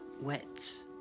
wets